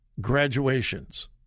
graduations